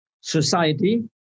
society